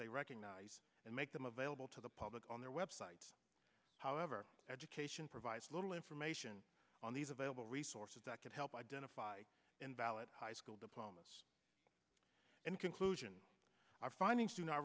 they recognize and make them available to the public on their website however education provides little information on these available resources that could help identify invalid high school diplomas in conclusion our finding